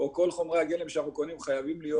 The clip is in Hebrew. או כל חומרי הגלם שאנחנו קונים חייבים להיות